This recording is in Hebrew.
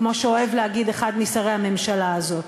כמו שאוהב להגיד אחד משרי הממשלה הזאת.